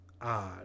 odd